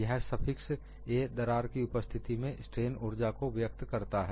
यहां स्फिक्स 'a' दरार की उपस्थिति में स्ट्रेन ऊर्जा को व्यक्त करता है